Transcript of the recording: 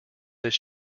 this